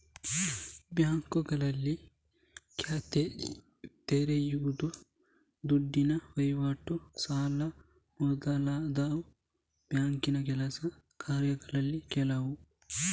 ಬ್ಯಾಂಕುಗಳಲ್ಲಿ ಖಾತೆ ತೆರೆಯುದು, ದುಡ್ಡಿನ ವೈವಾಟು, ಸಾಲ ಮೊದಲಾದವು ಬ್ಯಾಂಕಿನ ಕೆಲಸ ಕಾರ್ಯಗಳಲ್ಲಿ ಕೆಲವು